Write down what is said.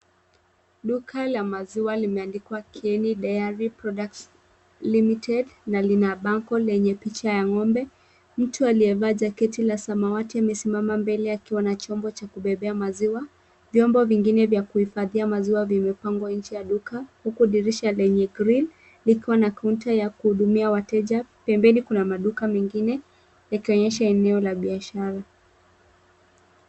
Duka la maziwa limeandikwa Kieni Diary Products Limited. Na lina bango lenye picha ya ng'ombe. Mtu aliyevaa jaketi la samawati amesimama mbele ya kiwanachombo cha kubebea maziwa. Vyombo vingine vya kuhifadhia maziwa vimepangwa nchi ya duka, huku dirisha lenye grill likiwa na kaunta ya kuhudumia wateja. Pembeni kuna maduka mengine yakionyesha eneo la biashara.